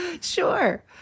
Sure